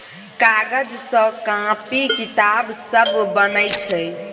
कागज सँ कांपी किताब सब बनै छै